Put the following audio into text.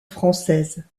française